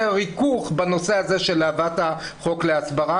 ריכוך בנושא הזה של הבאת החוק להסברה.